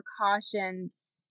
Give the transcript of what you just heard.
precautions